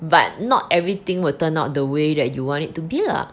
but not everything will turn out the way that you want it to be lah